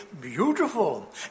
beautiful